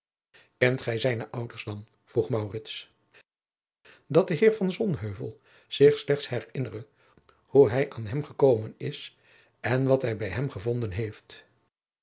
kent gij zijne ouders dan vroeg maurits dat de heer van sonheuvel zich slechts herinnere hoe hij aan hem gekomen is en wat hij bij hem gevonden heeft